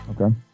Okay